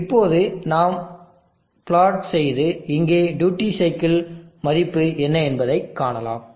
இப்போது நாம் பிளாட் செய்து இங்கே டியூட்டி சைக்கிள் மதிப்பு என்ன என்பதைக் காணலாம்